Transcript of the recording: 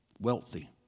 wealthy